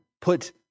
put